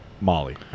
Molly